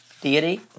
deity